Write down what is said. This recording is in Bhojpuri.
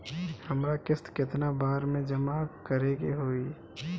हमरा किस्त केतना बार में जमा करे के होई?